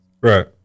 Right